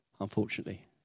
Unfortunately